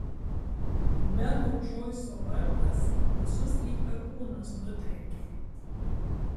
beno džoiso vardas visus lyg perkūnas nutrenkė